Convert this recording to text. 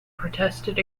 protested